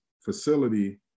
facility